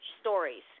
stories